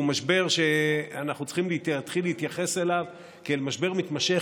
הוא משבר שאנחנו צריכים להתחיל להתייחס אליו כאל משבר מתמשך,